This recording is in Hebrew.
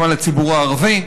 גם על הציבור הערבי.